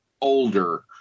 older